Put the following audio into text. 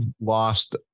lost